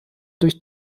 durch